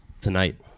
Tonight